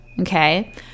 Okay